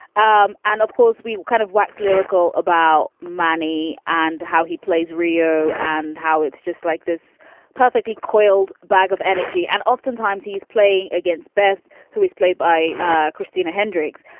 um and of course, we were kind of wax lyrical about money and how he plays reo and how it's just like this perfectly coiled bag of energy and oftentimes he's playing against beth, who is played by ah christina hendricks.